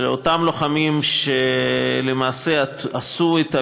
אותם לוחמים שלמעשה עשו את הבלתי-ייאמן,